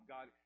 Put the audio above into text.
God